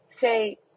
say